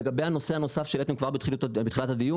לגבי הנושא הנוסף שהעליתם כבר בתחילת הדיון,